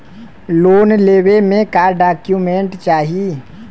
Loan लेवे मे का डॉक्यूमेंट चाही?